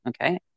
okay